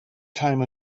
time